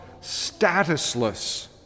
statusless